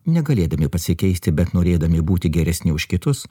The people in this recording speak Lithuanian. negalėdami pasikeisti bet norėdami būti geresni už kitus